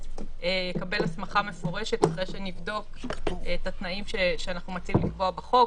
יקבל הסמכה מפורשת אחרי שנבדוק את התנאים שאנחנו מציעים לקבוע בחוק,